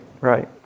Right